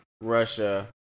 russia